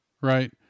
Right